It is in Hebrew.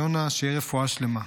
יונה, שתהיה רפואה שלמה.